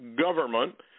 government